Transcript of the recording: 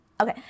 Okay